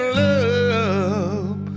love